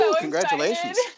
Congratulations